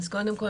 קודם כל,